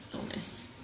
illness